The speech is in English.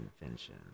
invention